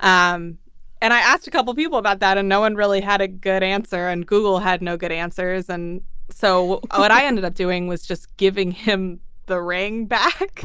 um and i asked a couple of people about that. and no one really had a good answer. and google had no good answers. and so what i ended up doing was just giving him the ring back.